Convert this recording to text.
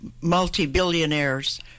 multi-billionaires